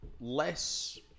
less